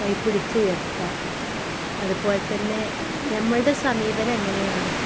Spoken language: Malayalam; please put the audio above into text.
കൈ പിടിച്ചുയർത്താം അതുപോലെ തന്നെ നമ്മുടെ സമീപനം എങ്ങനെയാണോ